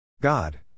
God